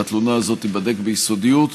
והתלונה הזאת תיבדק ביסודיות.